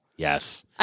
Yes